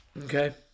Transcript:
Okay